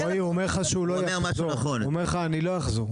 רועי, הוא אומר לך: אני לא אחזור.